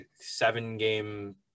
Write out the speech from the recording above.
seven-game